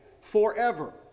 forever